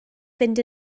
fynd